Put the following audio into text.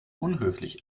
unhöflich